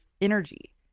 energy